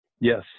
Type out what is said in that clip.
yes